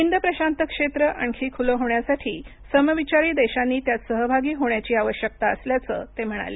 हिंद प्रशांत क्षेत्र आणखी खुलं होण्यासाठी समविचारी देशांनी त्यात सहभागी होण्याची आवश्यकता असल्याचं ते म्हणाले